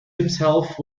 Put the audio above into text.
himself